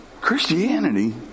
christianity